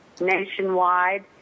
nationwide